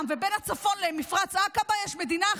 ובין הצפון למפרץ עקבה יש מדינה אחת,